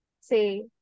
say